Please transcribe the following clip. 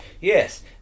Yes